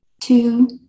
two